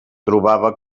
trobava